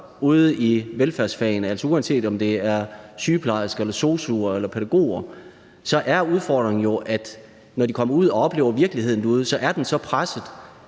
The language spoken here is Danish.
er udfordringen, uanset om der er tale om sygeplejersker, sosu'er eller pædagoger, at når de kommer ud og oplever virkeligheden derude, er den så presset,